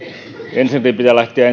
ensinnäkin pitää lähteä